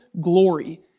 glory